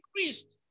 increased